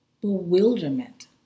bewilderment